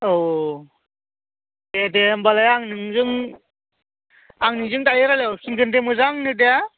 औ दे दे होनबालाय आं नोंजों दाहाय रायज्लाय हरफिनगोन दे मोजांनो दे